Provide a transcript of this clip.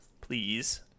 please